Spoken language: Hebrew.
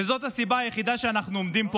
וזאת הסיבה היחידה שאנחנו עומדים פה